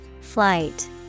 Flight